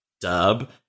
dub